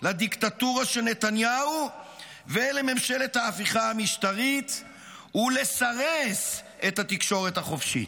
לדיקטטורה של נתניהו ולממשלת ההפיכה המשטרית ולסרס את התקשורת החופשית.